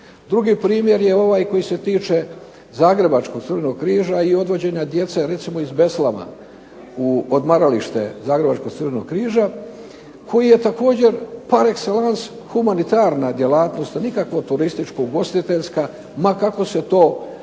Drugi primjer je ovaj koji se tiče zagrebačkog Crvenog križa i odvođenja djece recimo iz Beslana u odmaralište zagrebačkog Crvenog križa koji je također par excellence humanitarna djelatnost, a nikako turističko-ugostiteljska ma kako se to,